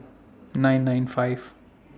nine nine five